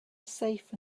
safe